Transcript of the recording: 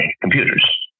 computers